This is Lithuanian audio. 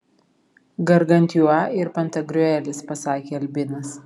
gargantiua ir pantagriuelis pasakė albinas